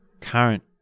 current